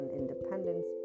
independence